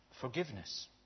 Forgiveness